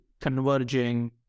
converging